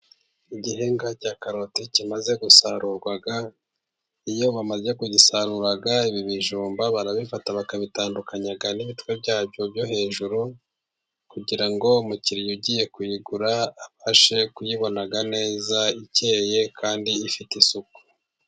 Igihingwa cya karoti kimaze gusarurwa. Iyo bamaze kugisarura, ibi bijumba barabifata bakabitandukanya n'ibitwe byabyo byo hejuru, kugira ngo umukiriya ugiye kuyigura abashe kuyibona neza ikeye kandi ifite isuku.